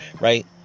right